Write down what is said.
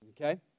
Okay